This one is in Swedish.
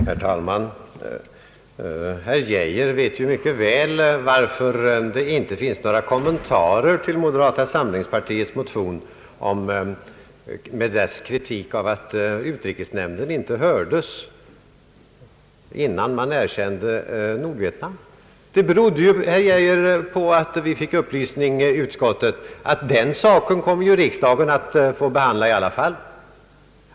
Herr talman! Herr Geijer vet mycket väl varför det inte finns några kommentarer till moderata samlingspartiets motion med kritik av att utrikesnämnden inte hördes innan man erkände Nordvietnam. Det berodde, herr Geijer, på att vi i utskottet fick upplysning om att den saken kommer riksdagen att få behandla i alla fall.